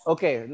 Okay